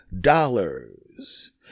dollars